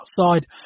outside